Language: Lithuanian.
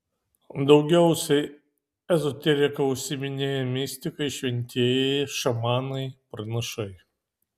daugiausiai ezoterika užsiiminėjo mistikai šventieji šamanai pranašai